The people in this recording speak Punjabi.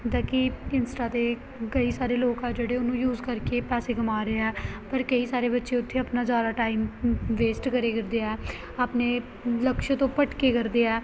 ਜਿੱਦਾਂ ਕਿ ਇੰਸਟਾ ਦੇ ਕਈ ਸਾਰੇ ਲੋਕ ਆ ਜਿਹੜੇ ਉਹਨੂੰ ਯੂਜ ਕਰ ਕੇ ਪੈਸੇ ਕਮਾ ਰਹੇ ਹੈ ਆ ਪਰ ਕਈ ਸਾਰੇ ਬੱਚੇ ਉੱਥੇ ਆਪਣਾ ਜ਼ਿਆਦਾ ਟਾਈਮ ਵੇਸਟ ਕਰੇ ਕਰਦੇ ਆ ਆਪਣੇ ਲਕਸ਼ ਤੋਂ ਭਟਕੇ ਕਰਦੇ ਆ